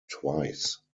twice